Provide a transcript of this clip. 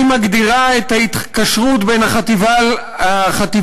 היא מגדירה את ההתקשרות בין החטיבה